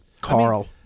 Carl